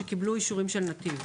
שקיבלו אישורים של נתיב.